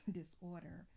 disorder